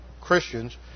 Christians